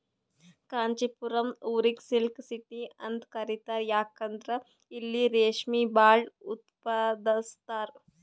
ಕಾಂಚಿಪುರಂ ಊರಿಗ್ silk city ಅಂತ್ ಕರಿತಾರ್ ಯಾಕಂದ್ರ್ ಇಲ್ಲಿ ರೇಶ್ಮಿ ಭಾಳ್ ಉತ್ಪಾದಸ್ತರ್